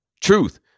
Truth